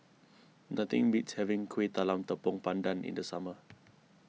nothing beats having Kuih Talam Tepong Pandan in the summer